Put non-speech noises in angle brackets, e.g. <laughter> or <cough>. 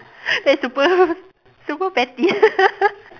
<laughs> that's super super petty <laughs>